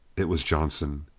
it was johnson.